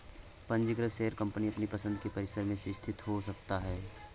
पंजीकृत share company अपनी पसंद के परिसर में भी स्थित हो सकता है